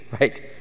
right